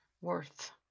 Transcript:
worth